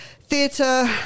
theatre